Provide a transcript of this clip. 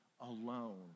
alone